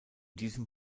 diesem